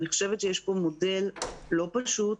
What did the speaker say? אני חושבת שיש פה מודל לא פשוט,